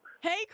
Hey